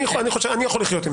אני יכול לחיות עם זה.